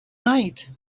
night